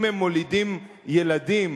אם הם מולידים ילדים,